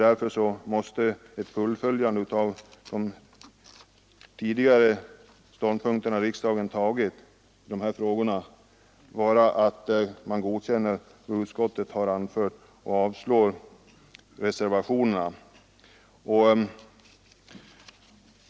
Därför måste fullföljandet av de under året tidigare fattade riksdagsbesluten innebära godkännande av utskottets hemställan, vilket innebär avslag på reservationerna.